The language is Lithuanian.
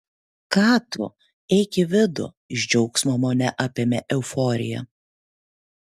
ką tu eik į vidų iš džiaugsmo mane apėmė euforija